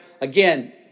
Again